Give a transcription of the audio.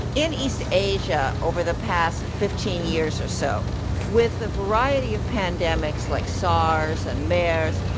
in east asia, over the past fifteen years or so with a variety of pandemics like sars and mers,